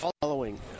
following